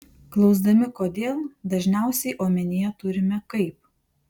klausdami kodėl dažniausiai omenyje turime kaip